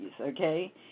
okay